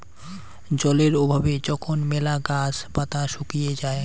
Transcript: জলের অভাবে যখন মেলা গাছ পাতা শুকিয়ে যায়ং